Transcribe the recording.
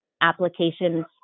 applications